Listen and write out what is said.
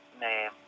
name